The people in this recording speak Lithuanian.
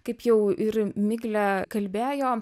kaip jau ir miglė kalbėjo